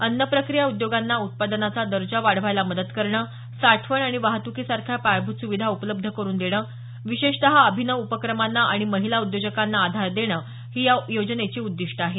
अन्न प्रक्रिया उद्योगांना उत्पादनाचा दर्जा वाढवायला मदत करणं साठवण आणि वाहतुकीसारख्या पायाभूत सुविधा उपलब्ध करुन देणं विशेषतः अभिनव उपक्रमांना आणि महिला उद्योजकांना आधार देणं ही या योजनेची उद्दिष्टं आहेत